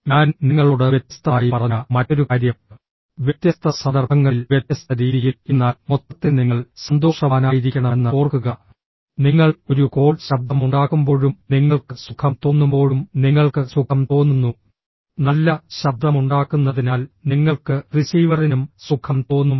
ഞാൻ നിങ്ങളോട് വ്യത്യസ്തമായി പറഞ്ഞ മറ്റൊരു കാര്യം വ്യത്യസ്ത സന്ദർഭങ്ങളിൽ വ്യത്യസ്ത രീതിയിൽ എന്നാൽ മൊത്തത്തിൽ നിങ്ങൾ സന്തോഷവാനായിരിക്കണമെന്ന് ഓർക്കുക നിങ്ങൾ ഒരു കോൾ ശബ്ദമുണ്ടാക്കുമ്പോഴും നിങ്ങൾക്ക് സുഖം തോന്നുമ്പോഴും നിങ്ങൾക്ക് സുഖം തോന്നുന്നു നല്ല ശബ്ദമുണ്ടാക്കുന്നതിനാൽ നിങ്ങൾക്ക് റിസീവറിനും സുഖം തോന്നും